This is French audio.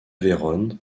vérone